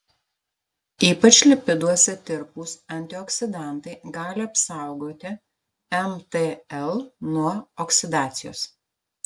ypač lipiduose tirpūs antioksidantai gali apsaugoti mtl nuo oksidacijos